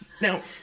Now